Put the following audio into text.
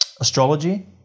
astrology